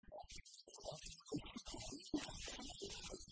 זה היה הטענה שלי, הרב תמיר לא הסכים איתה, אבל אני, פורמלית